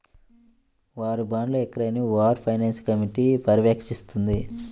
war బాండ్ల విక్రయాన్ని war finance committee పర్యవేక్షిస్తుంది